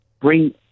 bring